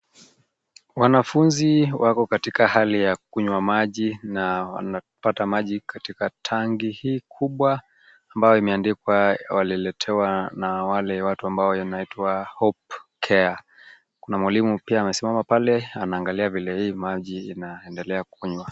Wanafunzi wako katika hali ya kunywa maji, na wanapata maji katika tanki hii kubwa ambayo imeandikwa, waliletewa na wale watu ambao yanaitwa Hope care. Kuna mwalimu pia amesimama pale, anaangalia vile hii maji inaendelea kukunywa.